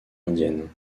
indienne